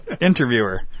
Interviewer